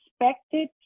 expected